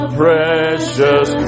precious